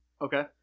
Okay